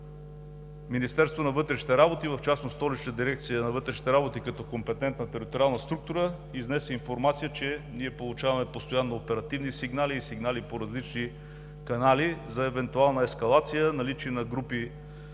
Министерството на вътрешните работи, в частност Столична дирекция на вътрешните работи като компетентна териториална структура, изнесе информация, че получаваме постоянно оперативни сигнали по различни канали за евентуална ескалация и наличие на групи